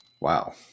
Wow